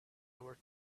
our